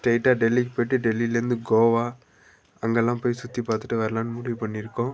ஸ்ட்ரெயிட்டாக டெல்லிக்குப் போயிட்டு டெல்லிலேருந்து கோவா அங்கெல்லாம் போய் சுற்றிப் பார்த்துட்டு வரலாம்னு முடிவு பண்ணியிருக்கோம்